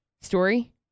story